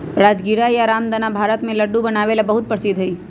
राजगीरा या रामदाना भारत में लड्डू बनावे ला बहुत प्रसिद्ध हई